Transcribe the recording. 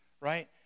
right